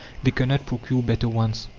they cannot procure better ones.